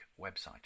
website